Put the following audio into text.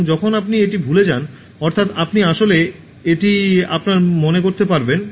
এবং যখন আপনি এটি ভুলে যান অর্থাৎ আপনি আসলে এটি আপনার মনে করতে পারবেন